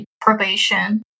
probation